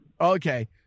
Okay